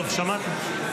טוב, שמעתי,